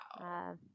Wow